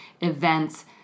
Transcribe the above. events